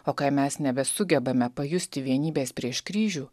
o kai mes nebesugebame pajusti vienybės prieš kryžių